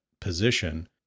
position